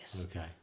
Okay